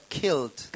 killed